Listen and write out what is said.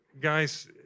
Guys